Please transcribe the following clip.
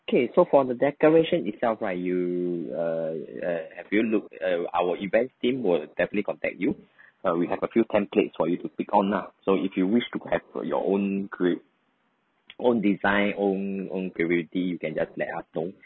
okay so for the decoration itself right you err uh have you look at our event team will definitely contact you uh we have a few template for you to pick on lah so if you wish to have your own create own design own own creativity you can just let us know